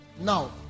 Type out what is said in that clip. Now